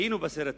היינו בסרט הזה.